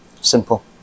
simple